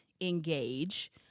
engage